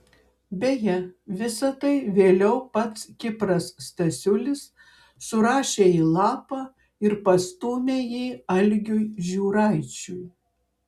beje visa tai vėliau pats kipras stasiulis surašė į lapą ir pastūmė jį algiui žiūraičiui